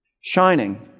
shining